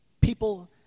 people